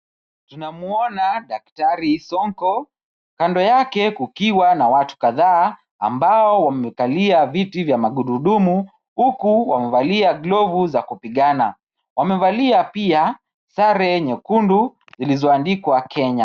Tunamuona daktari Sonko, kando yake kukiwa na watu kadhaa ambao wamekalia viti vya magurudumu, huku wamevalia glovu za kupigana. Wamevalia pia sare nyekundu zilizoandikwa Kenya.